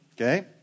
okay